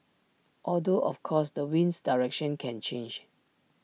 although of course the wind's direction can change